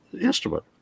instrument